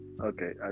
Okay